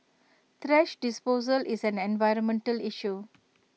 thrash disposal is an environmental issue